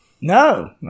No